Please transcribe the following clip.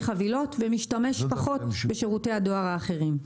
חבילות ומשתמש פחות בשירותי הדואר האחרים.